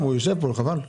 אני רוצה שוב להבין.